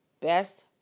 best